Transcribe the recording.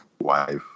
wife